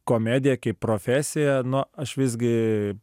komedija kaip profesija nu aš visgi